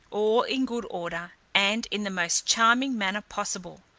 all in good order, and in the most charming manner possible.